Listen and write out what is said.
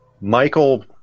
michael